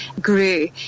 grew